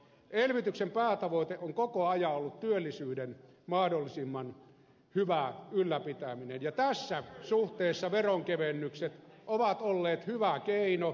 elvytyksen päätavoite on koko ajan ollut työllisyyden mahdollisimman hyvä ylläpitäminen ja tässä suhteessa veronkevennykset ovat olleet hyvä keino